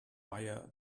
via